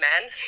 men